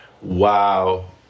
wow